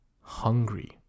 hungry